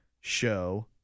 Show